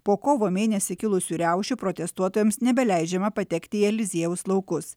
po kovo mėnesį kilusių riaušių protestuotojams nebeleidžiama patekti į eliziejaus laukus